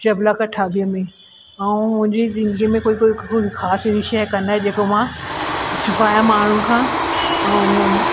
छह ब्लाक अठावीह में ऐं मुंहिंजी ज़िंदगीअ में कोई कोई ख़ासि विषय कोन्हे जेको मां छुपायां माण्हुनि खां ऐं